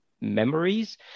memories